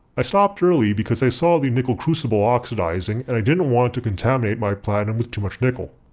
i stopped early because i saw the nickel crucible oxidizing and i didn't want to contaminate my platinum with too much nickel.